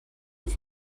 ist